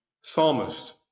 psalmist